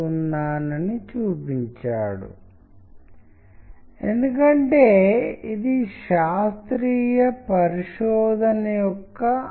ఈ రోజు మనం ఒక అంశం మీద పూర్తిగా దృష్టి సారిస్తాము అది పాఠాలు మరియు చిత్రాల మధ్య సంబంధం